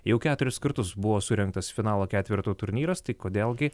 jau keturis kartus buvo surengtas finalo ketverto turnyras tai kodėl gi